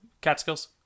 Catskills